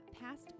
past